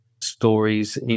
stories